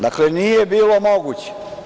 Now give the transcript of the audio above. Dakle, nije bilo moguće.